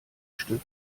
stück